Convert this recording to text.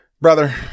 Brother